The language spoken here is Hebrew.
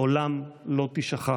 לעולם לא תישכח.